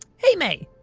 hey mae.